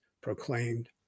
proclaimed